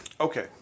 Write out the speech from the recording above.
Okay